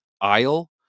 Isle